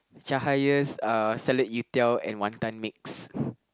Cahaya's uh Salad You-tiao and Wanton mixed